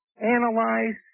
analyze